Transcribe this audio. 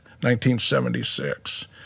1976